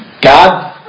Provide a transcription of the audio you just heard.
God